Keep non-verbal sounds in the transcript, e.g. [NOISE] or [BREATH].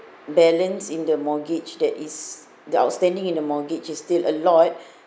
balance in the mortgage that is the outstanding in the mortgage is still a lot [BREATH]